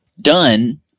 done